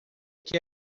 que